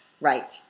right